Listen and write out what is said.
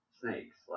snakes